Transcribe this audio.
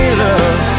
love